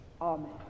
Amen